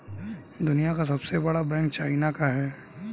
दुनिया का सबसे बड़ा बैंक चाइना का है